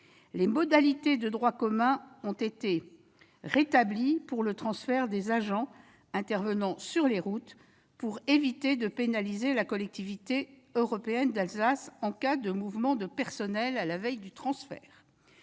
Les modalités de droit commun ont été rétablies pour le transfert des agents intervenant sur les routes, de manière à éviter de pénaliser la Collectivité européenne d'Alsace en cas de mouvements de personnel à la veille du transfert.